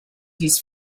his